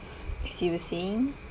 as you were saying